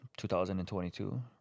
2022